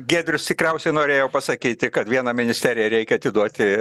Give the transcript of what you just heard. giedrius tikriausiai norėjo pasakyti kad vieną ministeriją reikia atiduoti